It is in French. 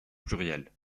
pluriel